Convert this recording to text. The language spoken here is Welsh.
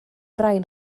rain